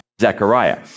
Zechariah